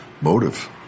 motive